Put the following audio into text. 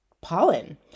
pollen